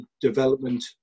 development